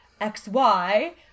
XY